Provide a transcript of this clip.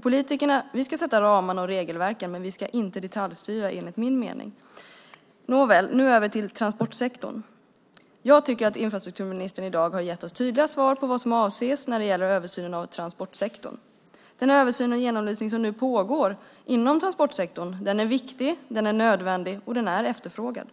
Politikerna ska sätta upp ramar och regelverk, men enligt min mening ska vi inte detaljstyra. Så till frågan om transportsektorn. Jag tycker att infrastrukturministern i dag gett oss tydliga svar på vad som avses när det gäller översynen av transportsektorn. Den översyn och genomlysning som nu pågår inom transportsektorn är viktig, nödvändig och efterfrågad.